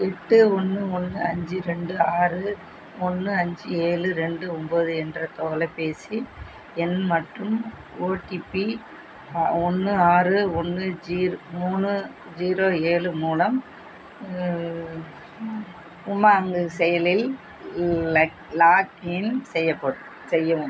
எட்டு ஒன்று ஒன்று அஞ்சு ரெண்டு ஆறு ஒன்று அஞ்சு ஏழு ரெண்டு ஒம்பது என்ற தொலைபேசி எண் மற்றும் ஓடிபி ஆ ஒன்று ஆறு ஒன்று ஜீரோ மூணு ஜீரோ ஏழு மூலம் உமாங்கு செயலில் ல லாக்கின் செய்யப்பட் செய்யவும்